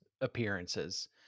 appearances